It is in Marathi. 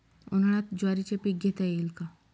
उन्हाळ्यात ज्वारीचे पीक घेता येईल का?